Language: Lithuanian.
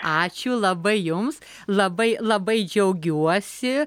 ačiū labai jums labai labai džiaugiuosi